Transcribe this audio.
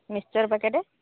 mixture packet